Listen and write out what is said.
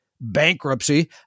bankruptcy